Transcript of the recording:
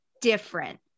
different